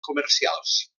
comercials